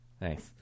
thanks